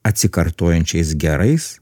atsikartojančiais gerais